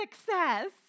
success